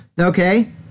okay